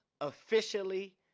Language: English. officially